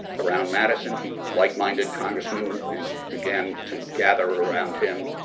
around madison, he like minded congressman and began to gather around him.